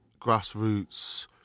grassroots